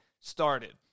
started